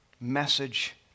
message